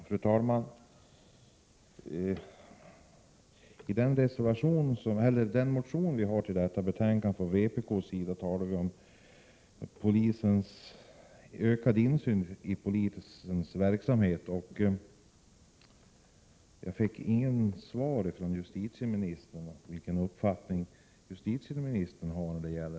Fru talman! I en vpk-motion som behandlas i detta betänkande framhåller vi behovet av ökad insyn i polisens verksamhet. Jag fick inget svar från justitieministern om vilken uppfattning justitieministern har i denna fråga.